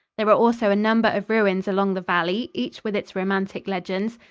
there are also a number of ruins along the valley, each with its romantic legends.